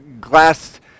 glass